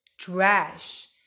trash